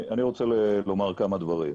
אני רוצה לומר כמה דברים.